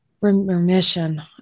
Remission